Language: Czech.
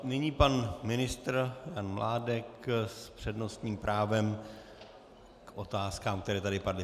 Nyní pan ministr Jan Mládek s přednostním právem k otázkám, které tady padly.